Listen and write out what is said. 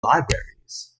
libraries